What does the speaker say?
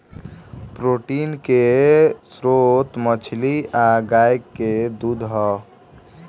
protein के स्त्रोत मछली आ गाय के दूध ह